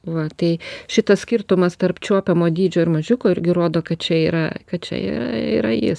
va tai šitas skirtumas tarp čiuopiamo dydžio ir mažiuko irgi rodo kad čia yra kad jie čia yra jis